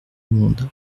monde